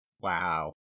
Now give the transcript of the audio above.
Wow